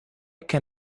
can